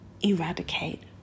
eradicate